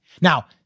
Now